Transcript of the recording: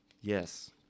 yes